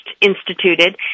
instituted